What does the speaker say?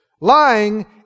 Lying